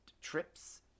trips